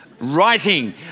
Writing